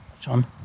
John